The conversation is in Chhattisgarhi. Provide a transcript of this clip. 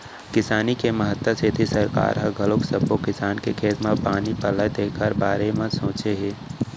किसानी के महत्ता सेती सरकार ह घलोक सब्बो किसान के खेत म पानी पलय तेखर बारे म सोचे हे